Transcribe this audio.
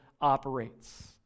operates